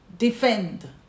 Defend